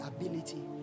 ability